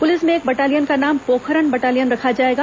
police में एक battalion का नाम पोखरण बटालियन रखा जाएगा